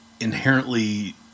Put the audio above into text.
inherently